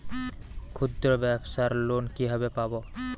ক্ষুদ্রব্যাবসার লোন কিভাবে পাব?